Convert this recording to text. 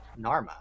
Narma